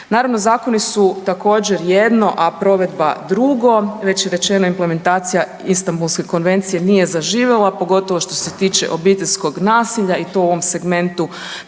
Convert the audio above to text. Naravno zakoni su također jedno a provedba drugo. Već je rečeno implementacija Istambulske konvencije nije zaživjela pogotovo što se tiče obiteljskog nasilja i to u ovom segmentu